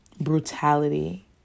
brutality